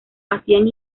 hacían